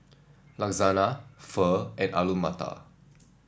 Lasagna Pho and Alu Matar